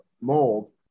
mold